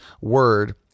word